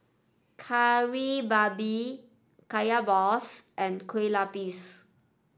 Kari Babi Kaya Balls and Kue Lupis